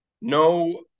No